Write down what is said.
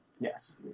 Yes